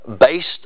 based